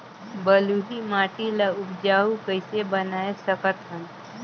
बलुही माटी ल उपजाऊ कइसे बनाय सकत हन?